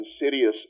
insidious